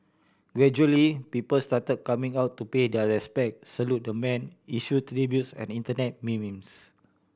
gradually people started coming out to pay their respects salute the man issue tributes and Internet memes